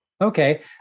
Okay